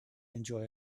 enjoy